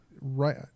right